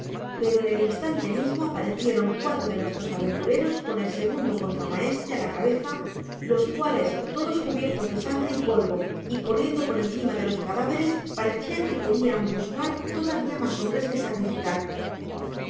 pero en el instante mismo aparecieron cuatro de nuestros aventureros con el segundo contramaestre á la cabeza los cuales todos cubiertos de sangre y polvo y corriendo por encima de los cadáveres parecia que querian buscar todavia mas hombres que sacrificar